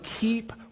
keep